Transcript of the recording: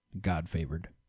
God-favored